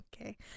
okay